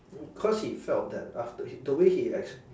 cause he felt that after h~ the way he ex~